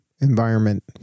environment